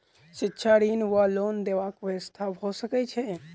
शिक्षा ऋण वा लोन देबाक की व्यवस्था भऽ सकै छै?